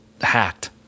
hacked